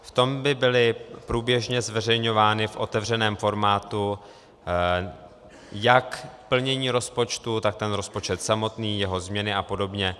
V tom by byly průběžně zveřejňovány v otevřeném formátu jak plnění rozpočtu, tak rozpočet samotný, jeho změny apod.